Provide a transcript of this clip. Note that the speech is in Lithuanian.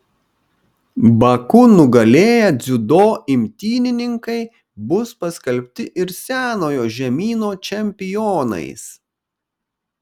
baku nugalėję dziudo imtynininkai bus paskelbti ir senojo žemyno čempionais